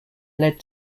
led